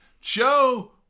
Joe